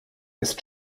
ist